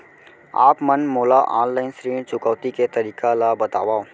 आप मन मोला ऑनलाइन ऋण चुकौती के तरीका ल बतावव?